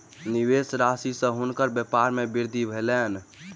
निवेश राशि सॅ हुनकर व्यपार मे वृद्धि भेलैन